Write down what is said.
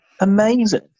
Amazing